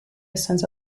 since